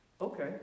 okay